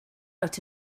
out